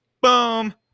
Boom